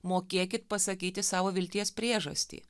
mokėkit pasakyti savo vilties priežastį